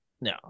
No